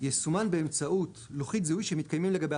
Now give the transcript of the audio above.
יסומן באמצעות לוחית זיהוי שמתקיימים לגביה